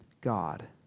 God